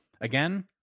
Again